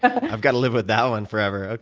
ah but i've got to live with that one forever,